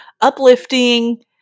uplifting